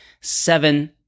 seven